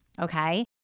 okay